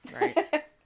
Right